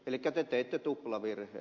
elikkä te teitte tuplavirheen